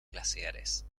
glaciares